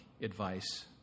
advice